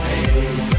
Hey